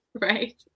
Right